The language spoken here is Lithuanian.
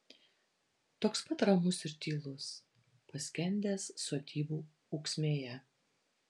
toks pat ramus ir tylus paskendęs sodybų ūksmėje